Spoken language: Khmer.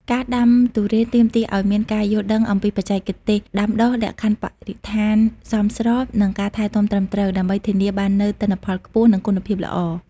ការដាំទុរេនទាមទារឲ្យមានការយល់ដឹងអំពីបច្ចេកទេសដាំដុះ លក្ខខណ្ឌបរិស្ថានសមស្រប និងការថែទាំត្រឹមត្រូវ ដើម្បីធានាបាននូវទិន្នផលខ្ពស់ និងគុណភាពល្អ។